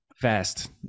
Fast